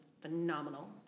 phenomenal